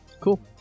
cool